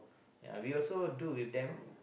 we also do with them